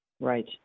Right